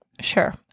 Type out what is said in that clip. Sure